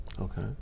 Okay